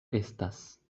estas